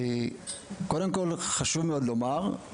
ברשותך,